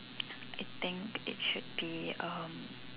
I think it should be um